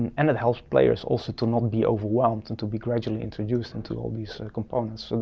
and it helps players also to not be overwhelmed and to be gradually introduced into all these components.